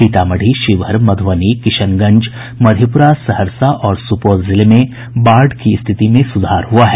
सीतामढ़ी शिवहर मध्रबनी किशनगंज मधेपुरा सहरसा और सुपौल जिले में बाढ़ की स्थिति में सुधार हुआ है